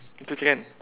itu jer kan